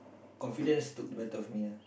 confidence took the better of me ah